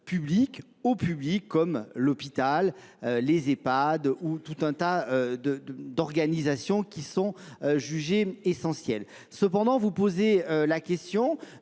publics au public comme l'hôpital, les EHPAD ou tout un tas d'organisations qui sont jugées essentielles. Cependant vous posez la question